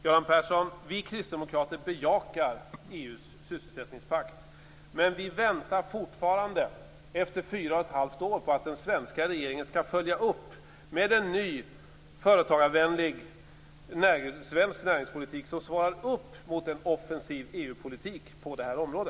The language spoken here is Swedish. Göran Persson, vi kristdemokrater bejakar EU:s sysselsättningspakt, men vi väntar fortfarande, efter fyra och ett halvt år, på att den svenska regeringen skall följa upp med en ny företagarvänlig svensk näringspolitik som svarar upp mot en offensiv EU politik på detta område.